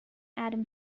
adam